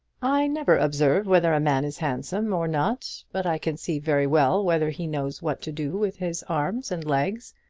i never observe whether a man is handsome or not but i can see very well whether he knows what to do with his arms and legs,